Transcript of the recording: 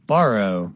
Borrow